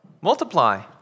Multiply